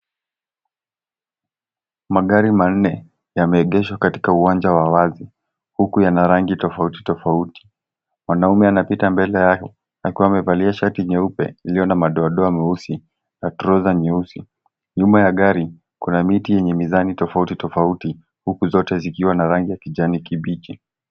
Magari manne yameegeshwa katika uwanja wa wazi huku yana rangi tofauti tofauti. Mwanaume anapita mbele yake akiwa amevalia shati nyeupe iliyo na madoadoa meusi na trosa nyeusi. Nyuma ya gari, kuna miti yenye mizani tofauti tofauti huku zote zikiwa na rangi ya kijani kibichi.